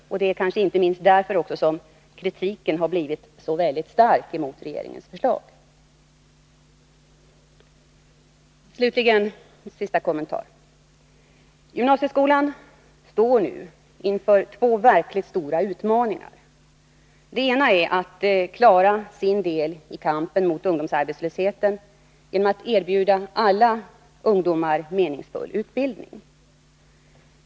Det är kanske inte minst därför som kritiken har blivit så stark mot regeringens förslag. Slutligen en sista kommentar: Gymnasieskolan står nu inför två verkligt stora utmaningar. Den ena är att klara sin del i kampen mot ungdomsarbetslösheten genom att erbjuda alla ungdomar meningsfull utbildning.